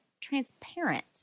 transparent